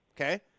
Okay